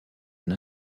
une